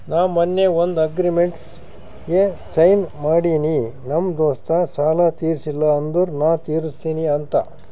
ನಾ ಮೊನ್ನೆ ಒಂದ್ ಅಗ್ರಿಮೆಂಟ್ಗ್ ಸೈನ್ ಮಾಡಿನಿ ನಮ್ ದೋಸ್ತ ಸಾಲಾ ತೀರ್ಸಿಲ್ಲ ಅಂದುರ್ ನಾ ತಿರುಸ್ತಿನಿ ಅಂತ್